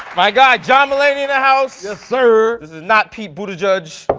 my guy john mulaney in the house. yes, sir. this is not pete buttigieg.